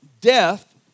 death